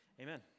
amen